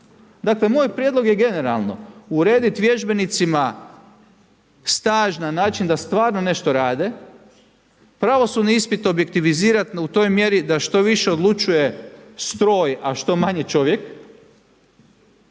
Dakle moj prijedlog je, generalno, uredit vježbenicima staž na način da stvarno nešto rade, pravosudni ispit objektivizirat u toj mjeri da što više odlučuje stroj, a što manje čovjek